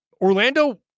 Orlando